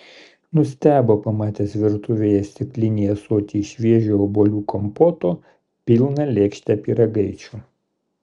nustebo pamatęs virtuvėje stiklinį ąsotį šviežio obuolių kompoto pilną lėkštę pyragaičių